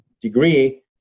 degree